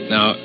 Now